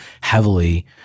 heavily